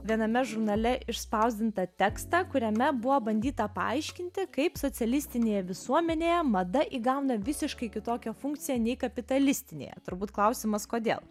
viename žurnale išspausdintą tekstą kuriame buvo bandyta paaiškinti kaip socialistinėje visuomenėje mada įgauna visiškai kitokią funkciją nei kapitalistinėje turbūt klausimas kodėl